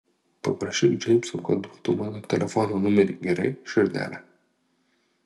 paprašyk džeimso kad duotų mano telefono numerį gerai širdele